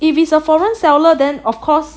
if it's a foreign seller then of course